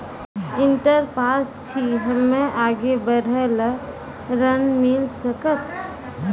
Inter pass छी हम्मे आगे पढ़े ला ऋण मिल सकत?